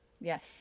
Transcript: Yes